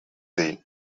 dir